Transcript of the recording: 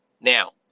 Now